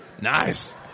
Nice